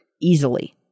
easily